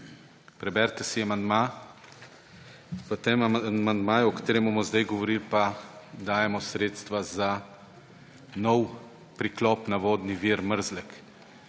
Preberite si amandma. V tem amandmaju, o katerem bomo sedaj govorili, pa dajemo sredstva za nov priklop na vodni vir Mrzlek.